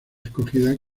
escogida